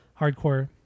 hardcore